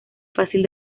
fácil